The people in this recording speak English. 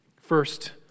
First